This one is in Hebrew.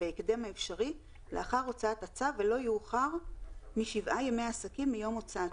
בהקדם האפשרי לאחר הוצאת הצו ולא יאוחר משבעה ימי עסקים מיום הוצאתו."